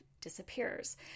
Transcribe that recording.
disappears